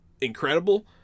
incredible